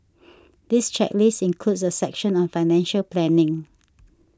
this checklist includes a section on financial planning